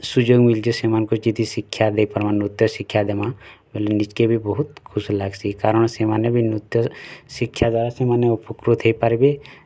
ସୁଯୋଗ ମିଲଛୁ ସେମାନଙ୍କୁ ଯଦି ଶିକ୍ଷା ଦେଇ ପାରମା ନୃତ୍ୟ ଶିକ୍ଷା ଦେମା ବେଲେ ନିଜକେ ବି ବହୁତ୍ ଖୁସି ଲାଗ୍ସି କାରଣ ସେମାନେ ବି ନୃତ୍ୟ ଶିକ୍ଷା ଦ୍ଵାରା ସେମାନେ ଉପକୃତ ହେଇ ପାରବେ